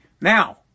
Now